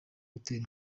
gutera